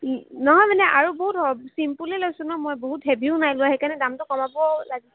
নহয় মানে আৰু বহুত হয় চিম্পুলেই লৈছোঁ ন বহুত হেভিও নাই লোৱা সেইকাৰণে দামটো কমাবও লাগে